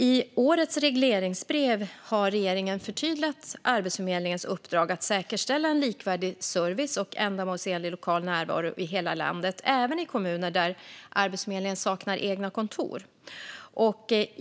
I årets regleringsbrev har regeringen förtydligat Arbetsförmedlingens uppdrag att säkerställa likvärdig service och ändamålsenlig lokal närvaro i hela landet, även i kommuner där Arbetsförmedlingen saknar egna kontor.